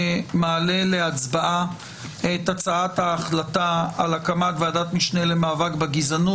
מעלה להצבעה את הצעת ההחלטה על הקמת ועדת משנה למאבק בגזענות.